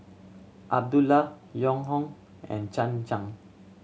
Abdullah Yong Hoong and Chan Chang